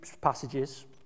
passages